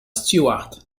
stewart